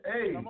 Hey